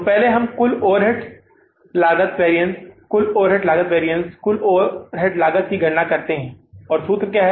तो पहले हम कुल ओवरहेड लागत वैरिअन्स कुल ओवरहेड लागत वैरिअन्स कुल ओवरहेड लागत की गणना कर रहे हैं और सूत्र क्या है